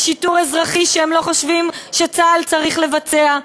משיטור אזרחי שהם לא חושבים שצה"ל צריך לבצע.